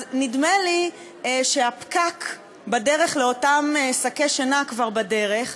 אז נדמה לי שהפקק בדרך לאותם שקי שינה כבר בדרך.